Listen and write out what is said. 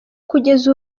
kugeza